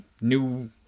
new